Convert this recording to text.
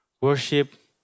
worship